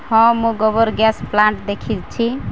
ହଁ ମୁଁ ଗୋବର ଗ୍ୟାସ୍ ପ୍ଳାଣ୍ଟ୍ ଦେଖିଛି